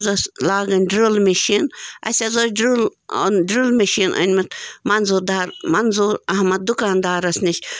حظ ٲسۍ لاگٕنۍ ڈٕرل مِشیٖن اَسہِ حظ ٲسۍ ڈٕرل ڈٕرل مِشیٖن أنہِ مٕژ منظوٗر دار منظوٗر اَحمد دُکاندارس نِش